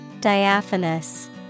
Diaphanous